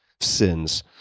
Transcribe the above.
sins